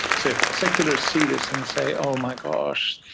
so secularists see this and say, oh my gosh,